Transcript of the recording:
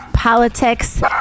Politics